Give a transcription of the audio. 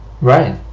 Right